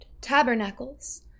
tabernacles